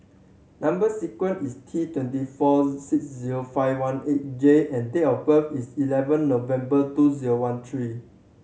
number sequence is T twenty four six zero five one eight J and date of birth is eleven November two zreo one three